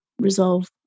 resolve